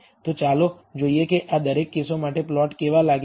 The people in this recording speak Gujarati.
તો ચાલો જોઈએ કે આ દરેક કેસો માટે પ્લોટ કેવા લાગે છે